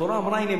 התורה אמרה: הנה,